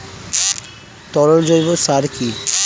তরল জৈব সার কি?